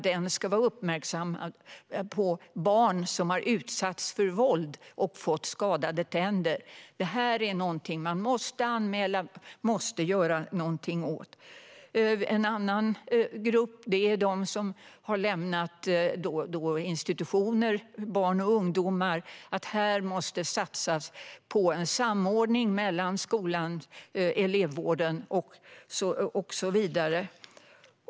Där uppmärksammar vi barn som har utsatts för våld och skadat tänderna. Det måste anmälas och åtgärdas. En annan grupp är de barn och ungdomar som har lämnat institutioner. Här måste satsas på en samordning mellan skolan, elevvården och så vidare.